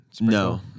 no